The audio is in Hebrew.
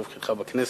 תפקידך בכנסת.